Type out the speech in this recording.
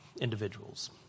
individuals